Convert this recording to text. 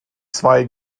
zwei